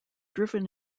driven